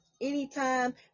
anytime